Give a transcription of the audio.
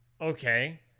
Okay